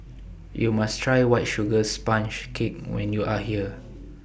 YOU must Try White Sugar Sponge Cake when YOU Are here